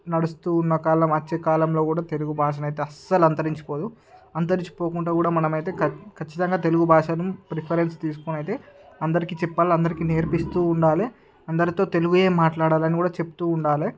నడుస్తూ ఉన్న కాలం వచ్చే కాలంలో కూడా తెలుగు భాషనైతే అస్సల అంతరించిపోదు అంతరించిపోకుండా కూడా మనమైతే ఖచ్చితంగా తెలుగు భాషను ప్రిఫరెన్స్ తీసుకొనయితే అందరికీ చెప్పలి అందరికీ నేర్పిస్తూ ఉండాలి అందరితో తెలుగే మాట్లాడాలని కూడా చెప్తూ ఉండాలి